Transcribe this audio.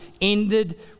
ended